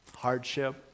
hardship